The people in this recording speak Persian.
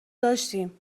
داشتیم